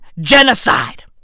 genocide